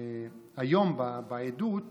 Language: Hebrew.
היום בעדות